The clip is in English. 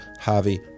Harvey